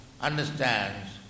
understands